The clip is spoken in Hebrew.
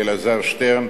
לאלעזר שטרן,